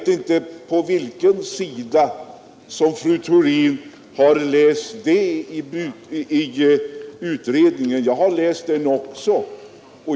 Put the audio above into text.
Jag vet inte på vilken sida i utredningens betänkande som fru Theorin har läst detta.